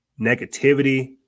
negativity